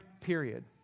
period